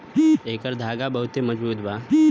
एकर धागा बहुते मजबूत बा